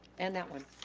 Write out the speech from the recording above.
and that one.